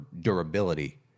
durability